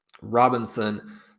Robinson